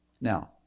Now